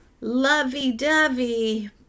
lovey-dovey